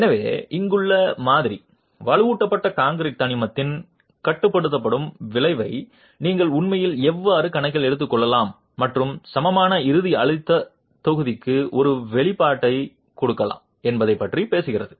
எனவே இங்குள்ள மாதிரி வலுவூட்டப்பட்ட கான்கிரீட் தனிமத்தின் கட்டுப்படுத்தும் விளைவை நீங்கள் உண்மையில் எவ்வாறு கணக்கில் எடுத்துக்கொள்ளலாம் மற்றும் சமமான இறுதி அழுத்தத் தொகுதிக்கு ஒரு வெளிப்பாட்டைக் கொடுக்கலாம் என்பதைப் பற்றி பேசுகிறது